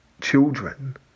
children